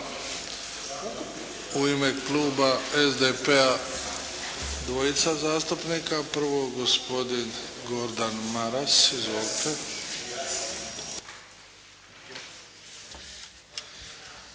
U ime kluba SDP-a dvojica zastupnika. Prvo gospodin Gordan Maras. Izvolite.